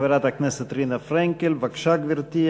חברת הכנסת רינה פרנקל, בבקשה, גברתי.